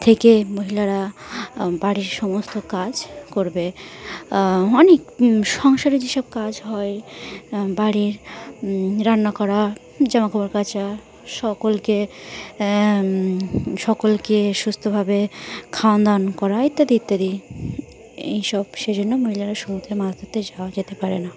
থেকে মহিলারা বাড়ির সমস্ত কাজ করবে অনেক সংসারে যেসব কাজ হয় বাড়ির রান্না করা জামাকাপড় কাচা সকলকে সকলকে সুস্থভাবে খাওয়ান দাওয়ান করা ইত্যাদি ইত্যাদি এই সব সেজন্য মহিলারা সমুদ্রে মাছ ধরতে যাওয়া যেতে পারে না